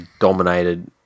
dominated